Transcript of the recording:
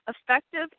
effective